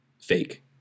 Fake